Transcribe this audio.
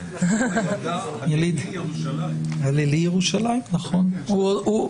אדוני שר התפוצות, בבקשה.